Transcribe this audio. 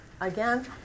Again